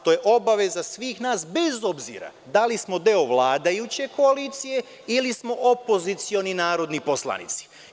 To je obaveza svih nas, bez obzira da li smo deo vladajuće koalicije ili smo opozicioni narodni poslanici.